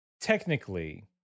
technically